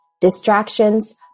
Distractions